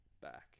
back